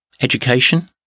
education